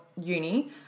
uni